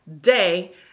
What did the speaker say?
day